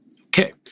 Okay